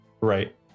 Right